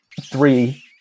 Three